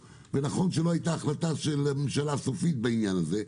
נכון שלא הייתה החלטה סופית של הממשלה בעניין הזה,